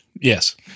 Yes